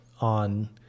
on